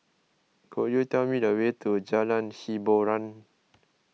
could you tell me the way to Jalan Hiboran